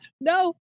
No